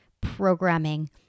programming